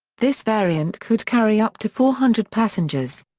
this variant could carry up to four hundred passengers.